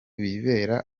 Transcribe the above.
bibera